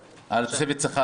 ויכולנו לוותר על תוספת שכר.